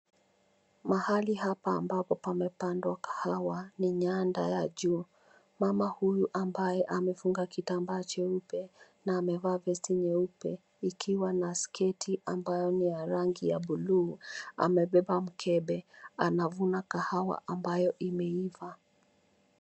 Mahali hapa ambapo pamepandwa kahawa ni nyanda ya juu. Mama huyu ambaye amefunga kitambaa cheupe na amevaa vesti nyeupe, ikiwa na sketi ambayo ni ya rangi ya blue , amebeba mkebe. Anavuna kahawa ambayo imeiva.